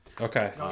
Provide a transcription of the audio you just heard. Okay